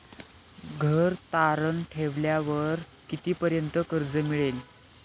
घर तारण ठेवल्यावर कितीपर्यंत कर्ज मिळेल?